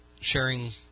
sharing